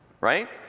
right